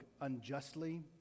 unjustly